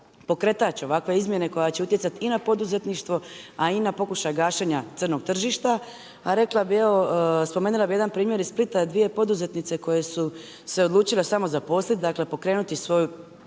pokretač ovakve izmjene koja će utjecati i na poduzetništvo, a i na pokušaj gašenja crnog tržišta. A rekla bih evo, spomenula bih jedan primjer iz Splita. Dvije poduzetnice koje su se odlučile samozaposliti, dakle pokrenuti svoj